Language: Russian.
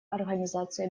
организации